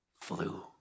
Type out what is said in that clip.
flew